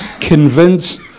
Convince